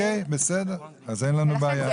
אז אין לנו בעיה.